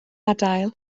adael